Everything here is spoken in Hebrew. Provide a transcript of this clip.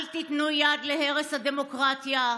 אל תיתנו יד להרס הדמוקרטיה,